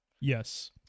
Yes